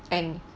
and